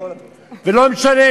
ולא משנה,